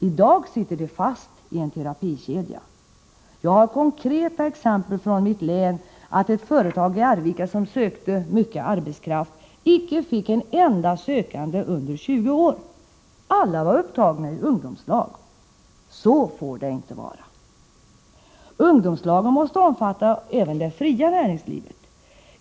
I dag ”sitter de fast” i terapikedjan. Jag har konkreta exempel från mitt län. Ett företag i Arvika som sökte mycket arbetskraft fick inte en enda sökande under 20 år. Alla var upptagna i ungdomslag. Så får det inte vara. Ungdomslagen måste omfatta även det fria näringslivet.